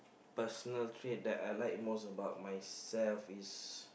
personal trait that I like the most about myself is